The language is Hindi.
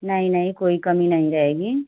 नहीं नहीं कोई कमी नहीं रहेगी